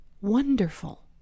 wonderful